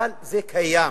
אבל זה קיים.